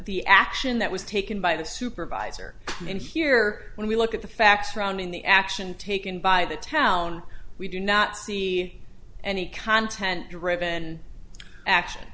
the action that was taken by the supervisor and here when we look at the facts surrounding the action taken by the town we do not see any content driven action